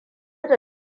da